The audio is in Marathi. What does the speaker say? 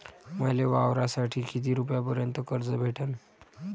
मले वावरासाठी किती रुपयापर्यंत कर्ज भेटन?